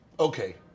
Okay